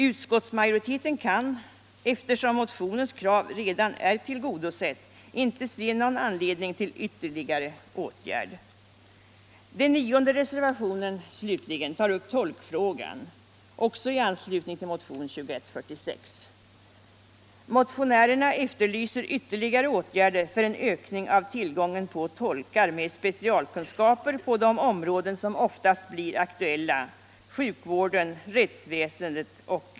Utskottsmajoriteten kan, eftersom motionens krav redan är tillgodosett, inte se någon anledning till ytterligare åtgärd.